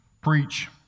preach